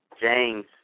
James